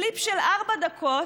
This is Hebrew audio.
קליפ של ארבע דקות,